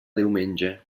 diumenge